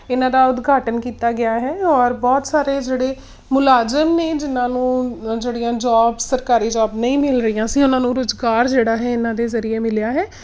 ਇਹਨਾਂ ਦਾ ਉਦਘਾਟਨ ਕੀਤਾ ਗਿਆ ਹੈ ਔਰ ਬਹੁਤ ਸਾਰੇ ਜਿਹੜੇ ਮੁਲਾਜ਼ਮ ਨੇ ਜਿਹਨਾਂ ਨੂੰ ਜਿਹੜੀਆਂ ਜੋਬ ਸਰਕਾਰੀ ਜੋਬ ਨਹੀਂ ਮਿਲ ਰਹੀਆਂ ਸੀ ਉਹਨਾਂ ਨੂੰ ਰੁਜ਼ਗਾਰ ਜਿਹੜਾ ਹੈ ਇਹਨਾਂ ਦੇ ਜ਼ਰੀਏ ਮਿਲਿਆ ਹੈ